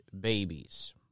babies